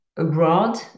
Abroad